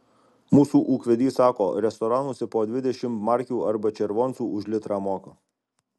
mūsų ūkvedys sako restoranuose po dvidešimt markių arba červoncų už litrą moka